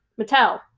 Mattel